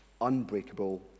unbreakable